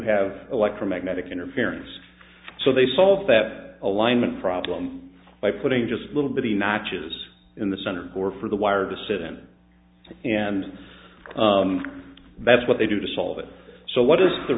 have electromagnetic interference so they solve that alignment problem by putting just little bitty notches in the center or for the wire to sit in and that's what they do to solve it so what is the